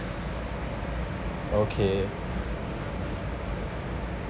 okay